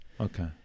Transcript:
Okay